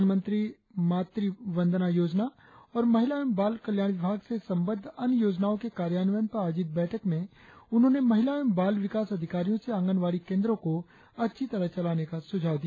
प्रधानमंत्री मातृ वंदना योजना और महिला एवं बाल कल्याण विभाग से संबंद्ध अन्य योजनाओं के कार्यान्वयन पर आयोजित बैठक में उन्होंने महिला एवं बाल विकास अधिकारियों से आंगनबाड़ी केंद्रों को अच्छी तरह चलाने का सुझाव दिया